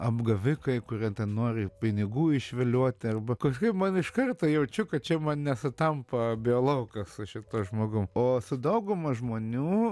apgavikai kurie nori pinigų išviliuoti arba kažkaip man iš karto jaučiu kad čia man nesutampa biololaukas su šituo žmogum o su dauguma žmonių